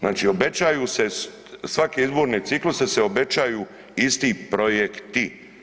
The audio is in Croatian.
Znači obećaju se svaki izborni ciklus se obećaju isti projekti.